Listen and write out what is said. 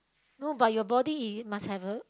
no but your body it must have a